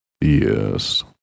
Yes